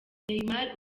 neymar